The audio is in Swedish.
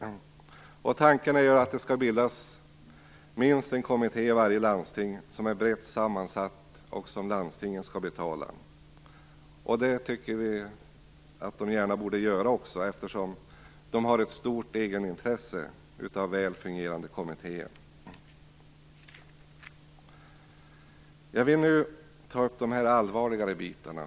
Tanken är att det skall bildas minst en kommitté i varje landsting som är brett sammansatt och som landstingen skall betala. Det tycker vi att de gärna borde göra, eftersom de har ett stort egenintresse av väl fungerande kommittéer. Jag vill nu tala om de allvarligare bitarna.